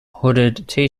hooded